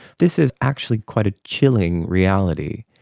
this is actually quite ah chilling reality,